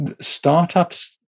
startups